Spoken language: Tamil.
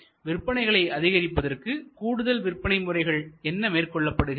விற்பனைகளை அதிகரிப்பதற்கு கூடுதல் விற்பனை முறைகள் என்ன மேற்கொள்ளப்படுகின்றன